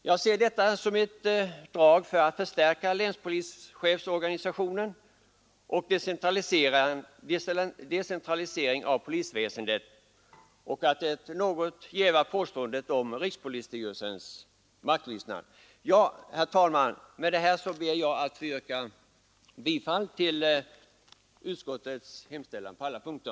Jag ser detta som ett drag för att förstärka länspolischefsorganisationen och decentralisera polisväsendet, och jag anser att det något jävar påståendet om rikspolisstyrelsens strävan att själv avgöra frågorna. Med detta ber jag, herr talman, att få yrka bifall till utskottets hemställan på alla punkter.